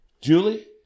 Julie